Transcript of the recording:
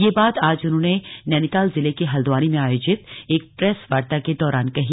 यह बात आज उन्होंने आज नैनीताल जिले के हल्द्वानी में आयोजित एक प्रेस वार्ता के दौरान कहीं